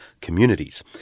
communities